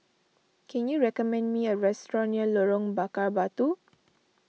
can you recommend me a restaurant near Lorong Bakar Batu